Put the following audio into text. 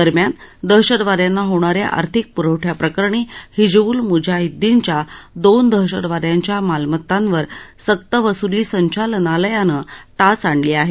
दरम्यान दहशतवाद्यांना होणाऱ्या आर्थिक प्रवठ्याप्रकरणी हिजब्ल म्जाहिद्दिनच्या दोन दहशतवाद्यांच्या मालत्तांवर सक्तवस्ली संचालनालयानं आच आणली आहे